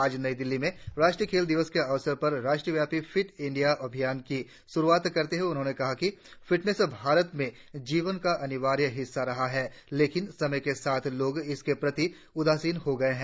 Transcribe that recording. आज नई दिल्ली में राष्ट्रीय खेल दिवस के अवसर पर देशव्यापी फिट इंडिया अभियान की शुरुआत करते हुए उन्होंने कहा कि फिटनेस भारत में जीवन का अनिवार्य हिस्सा रहा है लेकिन समय के साथ लोग इसके प्रति उदासीन हो गये हैं